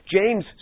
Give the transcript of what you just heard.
James